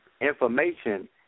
information